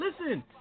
listen